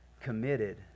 committed